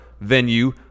venue